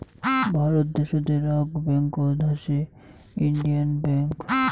ভারত দ্যাশোতের আক ব্যাঙ্কত হসে ইন্ডিয়ান ব্যাঙ্ক